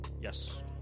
Yes